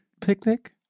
picnic